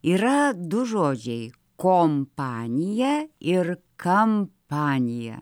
yra du žodžiai kompanija ir kampanija